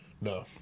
No